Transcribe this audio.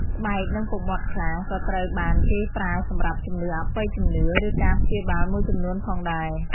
ស្បែក និងពុកមាត់ខ្លា ក៏ត្រូវបានគេប្រើសម្រាប់ជំនឿអបិយជំនឿ ឬការព្យាបាលមួយចំនួនផងដែរ។